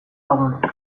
lagunek